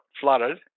flooded